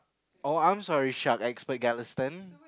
oh I'm sorry shark expert galliston